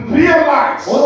realize